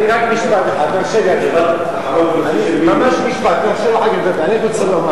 רק משפט אחד, אני רוצה לומר.